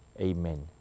Amen